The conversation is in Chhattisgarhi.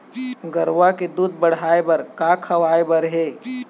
गरवा के दूध बढ़ाये बर का खवाए बर हे?